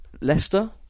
Leicester